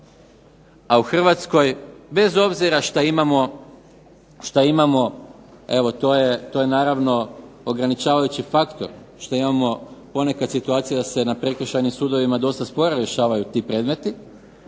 a u Hrvatskoj bez obzira šta imamo, evo to je naravno ograničavajući faktor što imamo ponekad situacije da se na Prekršajnim sudovima dosta sporo rješavaju ti predmeti